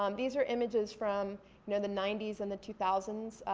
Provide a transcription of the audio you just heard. um these are images from you know the ninety s and the two thousand